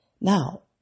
Now